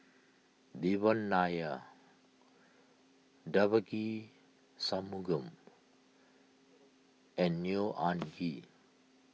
Devan Nair Devagi Sanmugam and Neo Anngee